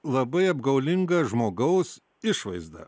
labai apgaulinga žmogaus išvaizda